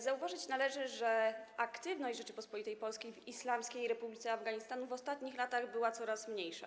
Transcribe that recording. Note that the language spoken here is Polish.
Zauważyć należy, że aktywność Rzeczypospolitej Polskiej w Islamskiej Republice Afganistanu w ostatnich latach była coraz mniejsza.